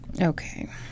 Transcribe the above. Okay